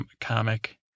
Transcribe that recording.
comic